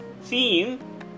theme